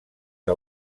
que